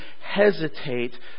hesitate